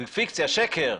זו פיקציה, שקר,